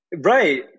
Right